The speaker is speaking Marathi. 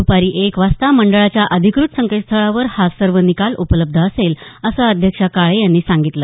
द्पारी एक वाजता मंडळाच्या अधिकृत संकेतस्थळांवर हा सर्व निकाल उपलब्ध असेल असं अध्यक्षा काळे यांनी सांगितलं